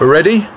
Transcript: Ready